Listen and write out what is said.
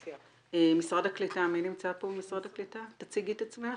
משרד הקליטה, תציגי את עצמך.